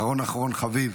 אחרון אחרון חביב,